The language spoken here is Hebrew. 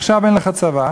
עכשיו אין לך צבא,